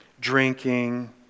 drinking